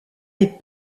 des